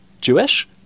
Jewish